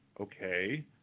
Okay